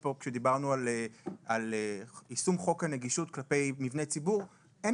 כאן כאשר דיברנו על יישום חוק הנגישות כלפי מבני ציבור אין